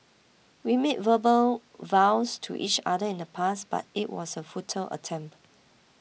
we made verbal vows to each other in the past but it was a futile attempt